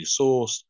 sourced